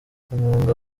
umwuga